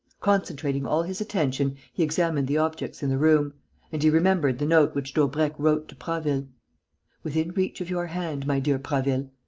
concentrating all his attention, he examined the objects in the room and he remembered the note which daubrecq wrote to prasville within reach of your hand, my dear prasville.